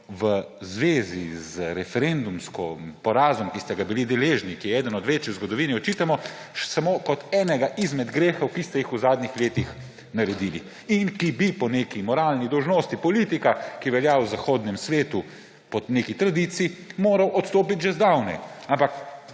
v zvezi z referendumskim porazom, ki ste ga bili deležni, ki je eden od večjih v zgodovini, očitamo samo kot enega izmed grehov, ki ste jih v zadnjih letih naredili in ki bi po neki moralni dolžnosti politika, ki velja v zahodnem svetu, po neki tradiciji, morali odstopiti že zdavnaj. Ampak,